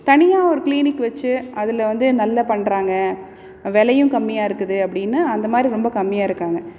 தனியாக ஒரு கிளினிக் வச்சு அதில் வந்து நல்லா பண்ணுறாங்க விலையும் கம்மியாக இருக்குது அப்படின்னு அந்த மாதிரி ரொம்ப கம்மியாக இருக்காங்க